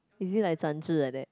is it like like that